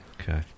Okay